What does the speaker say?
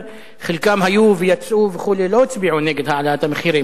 חלקם היו ויצאו וכו' ולא הצביעו נגד העלאת מחירים,